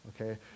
okay